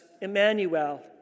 Emmanuel